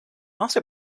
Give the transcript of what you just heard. also